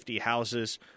houses